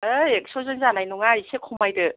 ओइ एक्स'जों जानाय नङा एसे खमायदो